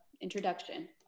introduction